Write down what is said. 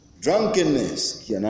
drunkenness